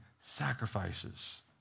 sacrifices